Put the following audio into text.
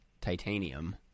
Titanium